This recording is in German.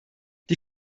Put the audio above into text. die